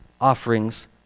offerings